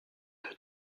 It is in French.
peu